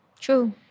true